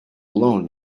alone